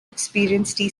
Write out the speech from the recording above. experienced